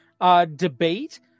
debate